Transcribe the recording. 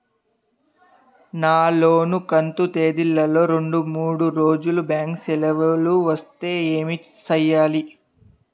నా లోను కంతు తేదీల లో రెండు మూడు రోజులు బ్యాంకు సెలవులు వస్తే ఏమి సెయ్యాలి?